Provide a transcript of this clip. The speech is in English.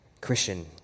Christian